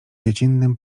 dziecinnym